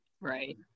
Right